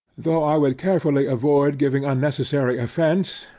though i would carefully avoid giving unnecessary offence,